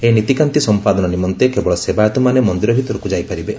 ଏହି ନୀତିକାନ୍ତି ସମ୍ମାଦନ ନିମନ୍ତେ କେବଳ ସେବାୟତମାନେ ମନ୍ଦିର ଭିତରକୁ ଯାଇପାରିବେ